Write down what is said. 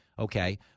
Okay